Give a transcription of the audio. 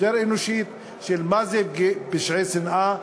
יותר אנושית של מה זה פשעי שנאה,